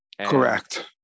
correct